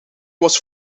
was